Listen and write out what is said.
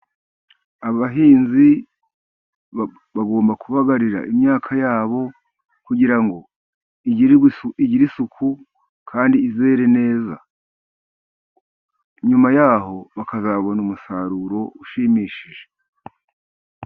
Abahinzi bagomba kubagarira imyaka yabo, kugira ngo igire isuku kandi izere neza, nyuma yaho bakazabona umusaruro ushimishije.